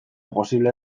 posible